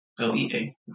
L-E-A